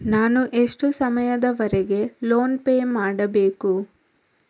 ನಾನು ಎಷ್ಟು ಸಮಯದವರೆಗೆ ಲೋನ್ ಪೇ ಮಾಡಬೇಕು?